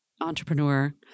entrepreneur